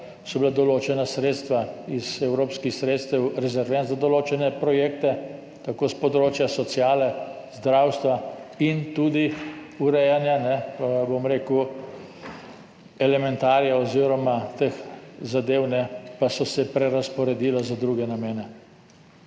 so bila določena sredstva iz evropskih sredstev rezervirana za določene projekte s področja sociale, zdravstva in tudi urejanja, bom rekel, elementarija oziroma teh zadev, pa so se prerazporedile za druge namene.